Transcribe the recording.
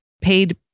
paid